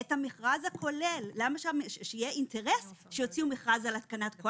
את המכרז הכולל כדי שיהיה אינטרס שיוציאו מכרז על התקנת כל